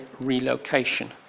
relocation